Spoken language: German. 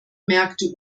merkte